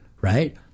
right